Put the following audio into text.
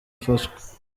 ufashwe